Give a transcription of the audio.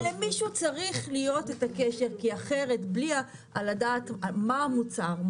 למישהו צריך להיות את הקשר כי אחרת בלי לדעת מה המוצר,